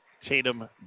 Tatum